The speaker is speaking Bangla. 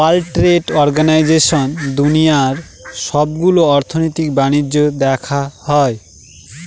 ওয়ার্ল্ড ট্রেড অর্গানাইজেশনে দুনিয়ার সবগুলো অর্থনৈতিক বাণিজ্য দেখা হয়